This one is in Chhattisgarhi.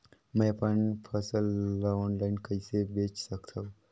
मैं अपन फसल ल ऑनलाइन कइसे बेच सकथव?